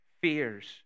fears